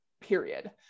period